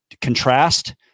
contrast